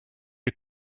you